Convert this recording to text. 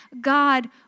God